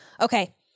okay